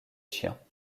chiens